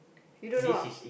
you don't know ah